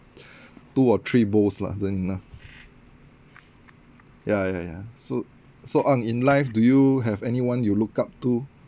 two or three bowls lah then enough ya ya ya so so ang in life do you have anyone you look up to